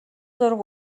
зураг